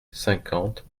cinquante